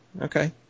Okay